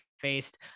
faced